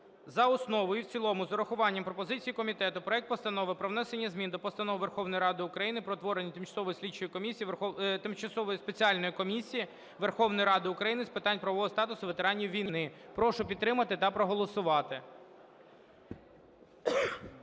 за основу і в цілому з урахуванням пропозицій комітету проект Постанови про внесення змін до Постанови Верховної Ради України про утворення тимчасової слідчої комісії… Тимчасової спеціальної комісії Верховної Ради України з питань правового статусу ветеранів війни. Прошу підтримати та проголосувати.